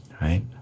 right